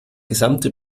gesamte